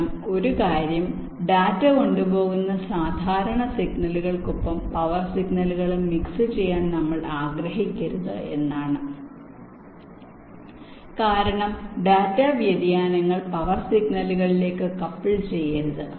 കാരണം ഒരു കാര്യം ഡാറ്റ കൊണ്ടുപോകുന്ന സാധാരണ സിഗ്നലുകൾക്കൊപ്പം പവർ സിഗ്നലുകളും മിക്സ് ചെയ്യാൻ നമ്മൾ ആഗ്രഹിക്കരുത് എന്നതാണ് കാരണം ഡാറ്റ വ്യതിയാനങ്ങൾ പവർ സിഗ്നലുകളിലേക്ക് കപ്പിൾ ചെയ്യരുത്